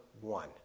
one